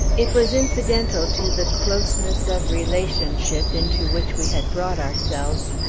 it was incidental to the closeness of relationship into which we had brought ourselves,